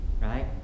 right